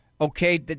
okay